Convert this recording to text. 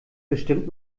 bestimmt